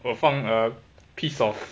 我放 ah piece of